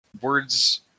words